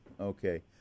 Okay